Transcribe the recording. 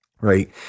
Right